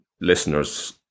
listener's